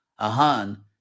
Ahan